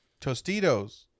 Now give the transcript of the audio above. Tostitos